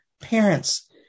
parents